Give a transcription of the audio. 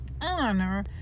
honor